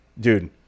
Dude